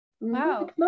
Wow